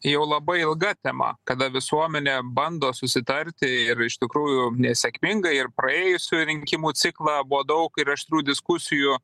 jau labai ilga tema kada visuomenė bando susitarti ir iš tikrųjų nesėkmingai ir praėjusių rinkimų ciklą buvo daug ir aštrių diskusijų